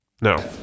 No